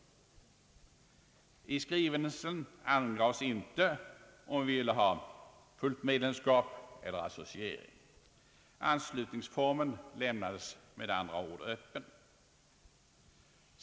I skrivelsen angavs inte om vi ville ha fullt medlemskap eller associering. Anslutningsformen lämnades med andra ord öppen.